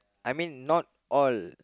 I mean not all